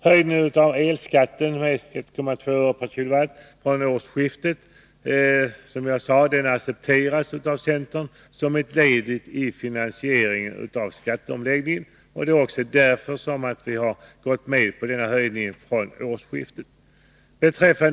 Höjningen av elskatten med 1,2 öre per kWh från årsskiftet accepteras, som jag sade, av centern som ett led i finansieringen av skatteomläggningen. Det är också därför vi har gått med på denna höjning från årsskiftet.